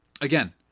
Again